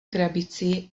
krabici